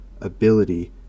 ability